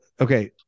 okay